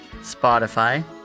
Spotify